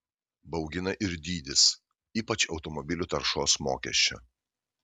baugina ir dydis ypač automobilių taršos mokesčio